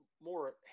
more